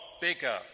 bigger